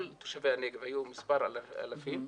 כל תושבי הנגב היו מספר אלפים.